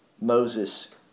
Moses